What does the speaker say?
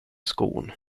skon